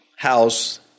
House